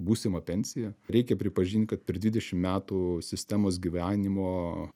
būsimą pensiją reikia pripažint kad per dvidešim metų sistemos gyvenimo